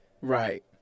right